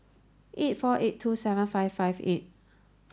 eight four eight two seven five five eight